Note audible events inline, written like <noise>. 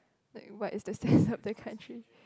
like but it's the <breath> sense of the country